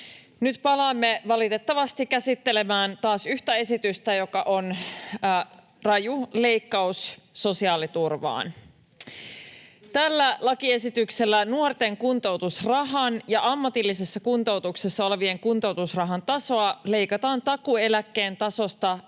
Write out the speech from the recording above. Nyt palaamme valitettavasti käsittelemään taas yhtä esitystä, joka on raju leikkaus sosiaaliturvaan. Tällä lakiesityksellä nuorten kuntoutusrahan ja ammatillisessa kuntoutuksessa olevien kuntoutusrahan tasoa leikataan takuueläkkeen tasosta